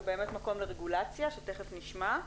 זה באמת מקום לרגולציה שתיכף נשמע.